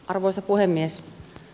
arvoisa puhemies